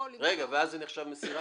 רגע, ואז זה נחשב מסירה?